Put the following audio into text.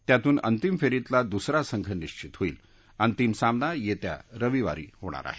त्यातून अंतिम फेरीतला दुसरा संघ निश्वित होईल अंतिम सामना येत्या रविवारी होणार आहे